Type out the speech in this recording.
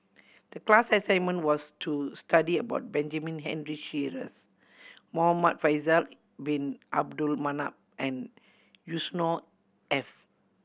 the class assignment was to study about Benjamin Henry Sheares Muhamad Faisal Bin Abdul Manap and Yusnor Ef